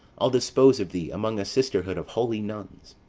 i'll dispose of thee among a sisterhood of holy nuns.